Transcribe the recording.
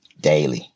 daily